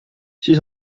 six